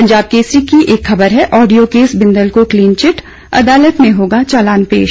पंजाब केसरी की एक खबर है ऑडियो केसः बिंदल को क्लीन चिट अदालत में होगा चालान पेश